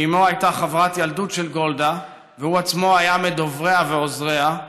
שאימו הייתה חברת ילדות של גולדה והוא עצמו היה מדובריה ועוזריה,